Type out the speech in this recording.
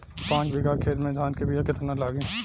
पाँच बिगहा खेत में धान के बिया केतना लागी?